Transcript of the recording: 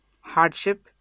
hardship